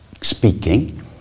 speaking